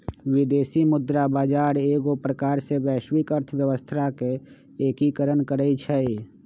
विदेशी मुद्रा बजार एगो प्रकार से वैश्विक अर्थव्यवस्था के एकीकरण करइ छै